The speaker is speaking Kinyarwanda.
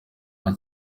nka